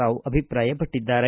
ರಾವ್ ಅಭಿಪ್ರಾಯಪಟ್ಟದ್ದಾರೆ